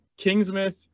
kingsmith